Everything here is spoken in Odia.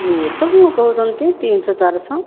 ଏତେ କ'ଣ କହୁଛନ୍ତି ତିନିଶହ ଚାରିଶହ